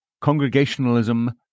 Congregationalism